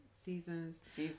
Seasons